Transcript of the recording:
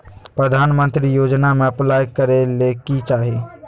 प्रधानमंत्री योजना में अप्लाई करें ले की चाही?